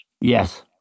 Yes